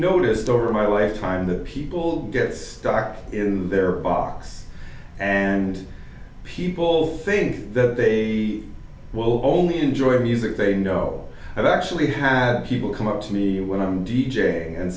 noticed over my lifetime that people get stuck in their box and people think that they will only enjoy the music they know i've actually had people come up to me when i'm d